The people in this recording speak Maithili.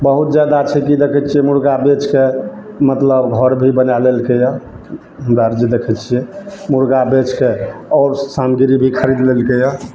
बहुत जादा छै कि देखैत छियै मुर्गा बेचके मतलब घर भी बना लेलकैया जे देखैत छियै मुर्गा बेचके आओर सामग्री भी खरीद लेलकैया